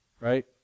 right